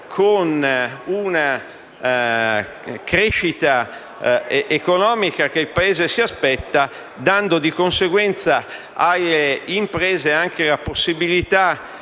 con una crescita economica che il Paese si aspetta, dando di conseguenza alle imprese anche la possibilità